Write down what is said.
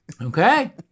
Okay